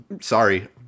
sorry